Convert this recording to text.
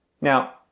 Now